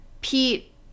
Pete